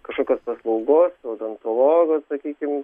kažkokios paslaugos odontologo sakykim